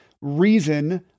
reason